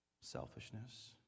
Selfishness